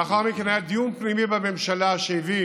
לאחר מכן היה דיון פנימי בממשלה שהביא